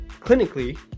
clinically